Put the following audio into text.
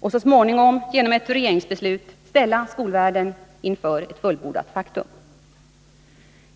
och så småningom genom ett regeringsbeslut ställa skolvärlden inför ett fullbordat faktum.